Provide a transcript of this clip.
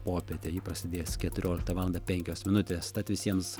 popietė ji prasidės keturioliktą valandą penkios minutės tad visiems